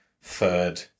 third